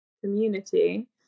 community